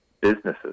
businesses